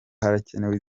hakenewe